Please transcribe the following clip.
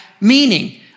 meaning